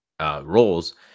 roles